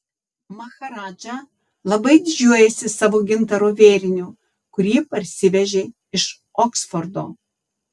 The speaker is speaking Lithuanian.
maharadža labai didžiuojasi savo gintaro vėriniu kurį parsivežė iš oksfordo